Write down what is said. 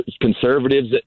conservatives